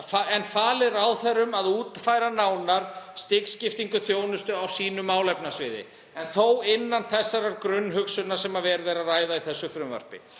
falið að útfæra nánar stigskiptingu þjónustu á sínu málefnasviði, en þó innan þeirrar grunnhugsunar sem verið er að ræða í þessu frumvarpi.